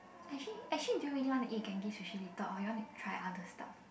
actually actually do you really wanna eat Genki-Sushi later or you wanna try other stuff